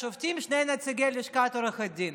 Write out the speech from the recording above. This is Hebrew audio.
שופטים שני נציגי לשכת עורכי הדין.